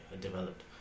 developed